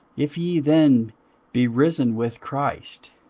if ye then be risen with christ,